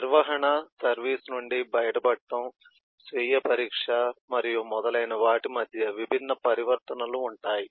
నిర్వహణ సర్వీస్ నుండి బయటపడటం స్వీయ పరీక్ష మరియు మొదలైన వాటి మధ్య విభిన్న పరివర్తనాలు ఉంటాయి